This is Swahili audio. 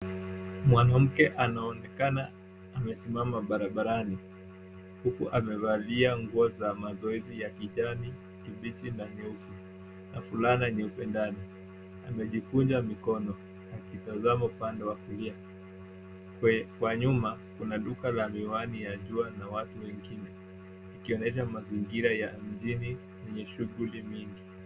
Mwanamke anaonekana amesimama barabarani huku amevalia nguo za mazoezi ya kijani kibichi na nyeusi na fulana nyeupe ndani. Amejikunja mkono akitazama upande wa kulia. Kwa nyuma kuna duka la miwani ya jua na watu wengine ikionyesha mazingira ya mjini wenye shughuli mingi.